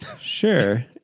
sure